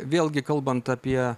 vėlgi kalbant apie